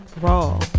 raw